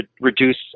reduce